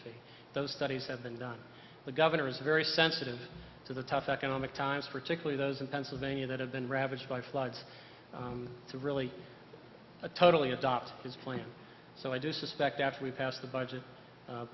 fee those studies have been done the governor is very sensitive to the tough economic times particularly those in pennsylvania that have been ravaged by floods to really a totally adopt his plan so i do suspect after we pass the budget